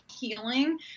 healing